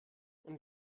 und